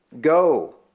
Go